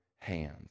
Hands